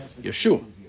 Yeshua